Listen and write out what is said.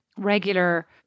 regular